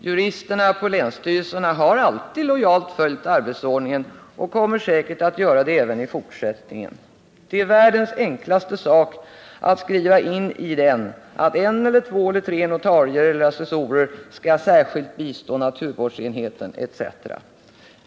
Juristerna på länsstyrelsen har alltid lojalt följt arbetsordningen och kommer säkert att göra det även i fortsättningen. Det är världens enklaste sak att skriva in i den att en, två eller tre notarier eller assessorer skall särskilt bistå naturvårdsenheten etc.